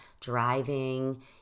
driving